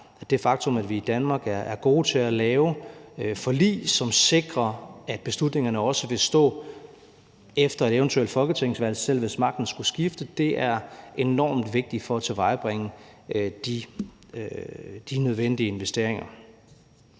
det faktum, at vi i Danmark er gode til at lave forlig, som sikrer, at beslutningerne også vil stå efter et eventuelt folketingsvalg, selv hvis magten skulle skifte, er enormt vigtigt for at tilvejebringe de nødvendige investeringer.